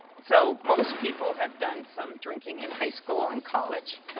so most people have done some drinking in high school and college.